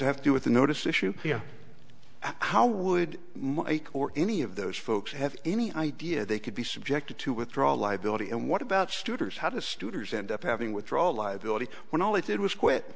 have to do with the notice issue how would or any of those folks have any idea they could be subjected to withdraw liability and what about students had a student end up having withdraw liability when all they did was quit